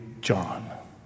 John